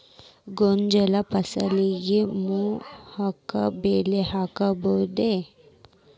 ಗೋಂಜಾಳ ಫಸಲಿಗೆ ಮೋಹಕ ಬಲೆ ಹಾಕಬಹುದೇ?